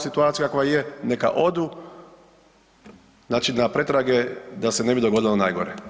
situaciju koja je, neka odu, znači na pretrage da se ne bi dogodilo ono najgore.